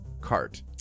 cart